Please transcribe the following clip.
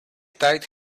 tied